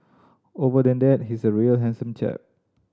over than that he's a real handsome chap